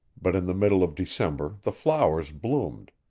but in the middle of december the flowers bloomed,